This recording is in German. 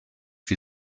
wie